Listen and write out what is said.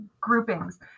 groupings